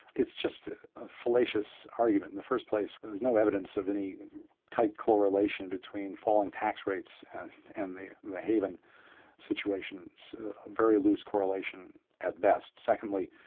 it's just a fallacious argument in the first place. there's no evidence of any tight correlation between foreign tax rates and the the haven situation. it's a very loose correlation at best. secondly,